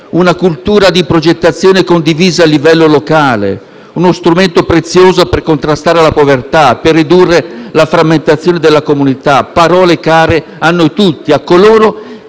una cultura di progettazione condivisa a livello locale, uno strumento prezioso per contrastare la povertà, per ridurre la frammentazione della comunità; sono parole care a noi tutti, a coloro